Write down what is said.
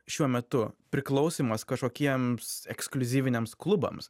šiuo metu priklausymas kažkokiems ekskliuzyviniams klubams